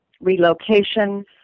relocation